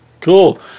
Cool